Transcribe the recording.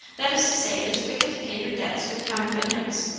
that is to say, it is wicked to pay your debts with counterfeit notes,